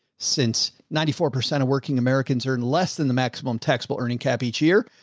since ninety four percent of working americans earn less than the maximum taxable earning cap each year,